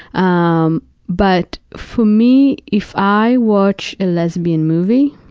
um but for me, if i watch a lesbian movie,